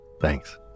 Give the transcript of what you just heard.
Thanks